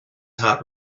heart